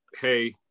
Hey